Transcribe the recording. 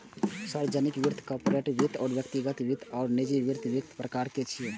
सार्वजनिक वित्त, कॉरपोरेट वित्त, व्यक्तिगत वित्त आ निजी वित्त वित्तक प्रकार छियै